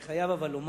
אבל אני חייב לומר: